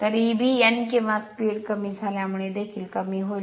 तर एबी n किंवा स्पीड कमी झाल्यामुळे देखील कमी होईल